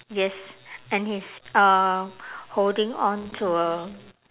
yes and he's uh holding on to a